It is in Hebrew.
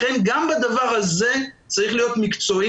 לכן גם בדבר הזה צריך להיות מקצועי